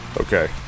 Okay